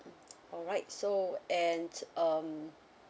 alright so and um